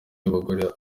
y’abagore